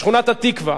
בשכונת-התקווה,